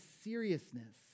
seriousness